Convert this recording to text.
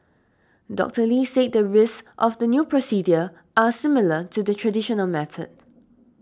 Doctor Lee said the risks of the new procedure are similar to the traditional method